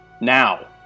now